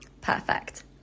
Perfect